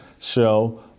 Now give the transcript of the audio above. show